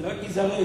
זה רק יזרז.